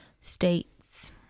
states